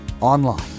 online